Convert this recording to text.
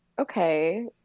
okay